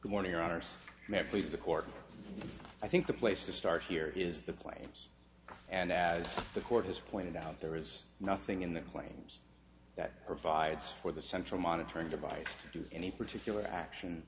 good morning hours never please the court i think the place to start here is the plains and as the court has pointed out there is nothing in the claims that provides for the central monitoring device to any particular action